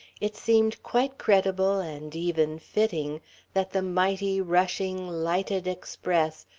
it seemed quite credible and even fitting that the mighty, rushing, lighted express,